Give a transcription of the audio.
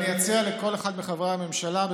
אני אציע לכל אחד מחברי הממשלה,